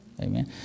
Amen